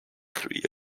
three